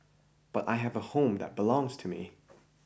but I have a home that belongs to me